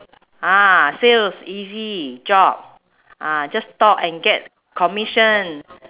ah sales easy job ah just talk and get commission